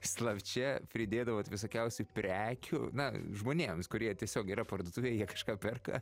slapčia pridėdavot visokiausių prekių na žmonėms kurie tiesiog yra parduotuvėj jie kažką perka